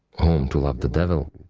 to love the devil?